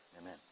Amen